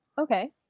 okay